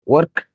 Work